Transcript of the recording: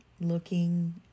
looking